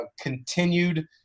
continued –